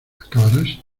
acabarás